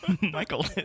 Michael